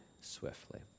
swiftly